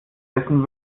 dessen